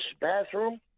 bathroom